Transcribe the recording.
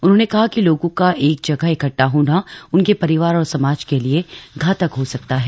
उन्होंने कहा कि लोगों का एक जगह इकट्टा होना उनके परिवार और समाज के लिए घातक हो सकता है